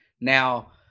Now